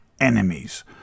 enemies